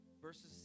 Verses